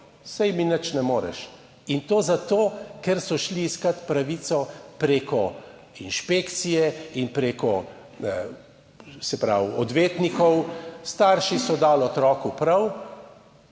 »Saj mi nič ne moreš!« In to zato, ker so šli iskat pravico preko inšpekcije in preko odvetnikov. Starši so dali otroku prav